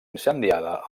incendiada